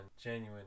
genuine